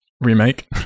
remake